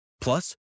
Plus